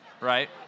right